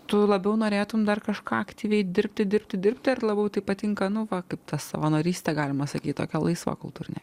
tu labiau norėtum dar kažką aktyviai dirbti dirbti dirbti ir labiau tai patinka nu va kaip ta savanorystė galima sakyti tokia laisva kultūrinė